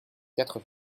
quatre